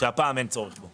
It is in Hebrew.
שהפעם אין צורך בו.